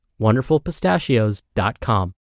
WonderfulPistachios.com